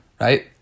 right